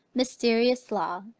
mysterious law,